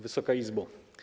Wysoka Izbo!